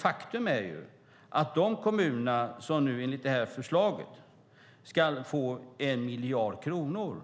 Faktum är att de kommuner som enligt detta förslag ska få 1 miljard kronor